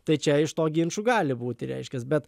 tai čia iš to ginčų gali būti reiškias bet